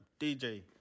DJ